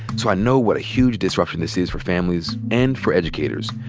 so i know what a huge disruption this is for families and for educators.